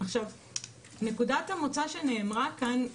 נקודת המוצא שנאמרה כאן,